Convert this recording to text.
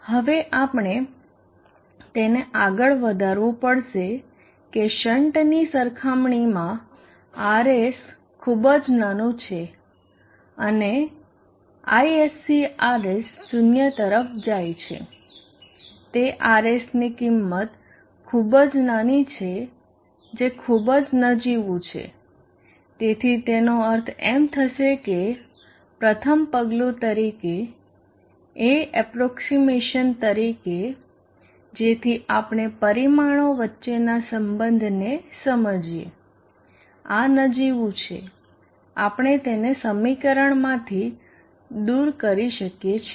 હવે આપણે તેને આગળ વધારવું પડશે કે શન્ટની સરખામણીમાં Rs ખૂબ જ નાનું છે અને Isc Rs 0 તરફ જાય છે તે Rs ની કિંમત ખૂબ જ નાની છે જે ખુબ જ નજીવું છે તેથી તેનો અર્થ એમ થશે કે પ્રથમ પગલું તરીકે એ એપ્રોક્ષીમેશન તરીકે જેથી આપણે પરિમાણો વચ્ચેના સંબંધને સમજીએ આ નજીવું છે આપણે તેને સમીકરણ માંથી દૂર કરી શકીએ છીએ